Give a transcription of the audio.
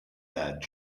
that